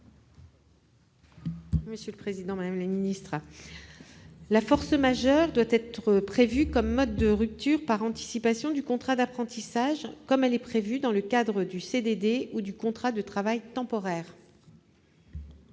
: La parole est à Mme Pascale Gruny. La force majeure doit être prévue comme mode de rupture par anticipation du contrat d'apprentissage, comme elle est prévue dans le cadre du CDD ou du contrat de travail temporaire.